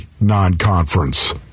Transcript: non-conference